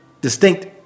distinct